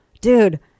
Dude